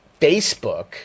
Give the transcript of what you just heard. Facebook